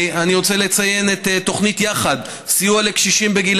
אני רוצה לציין את תוכנית "יחד" סיוע לקשישים בגיל